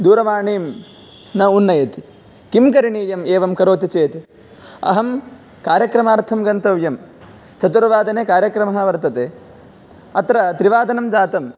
दूरवाणीं न उन्नयत् किं करणीयम् एवं करोति चेत् अहं कार्यक्रमार्थं गन्तव्यं चतुर्वादने कार्यक्रमः वर्तते अत्र त्रिवादनं जातम्